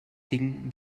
tinc